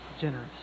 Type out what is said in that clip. generous